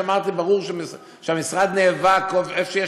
אמרתי שברור שהמשרד נאבק ובמקום שיש